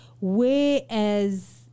whereas